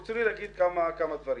רציתי להגיד כמה דברים.